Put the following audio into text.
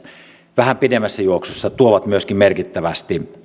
vähän pidemmässä juoksussa tuovat myöskin merkittävästi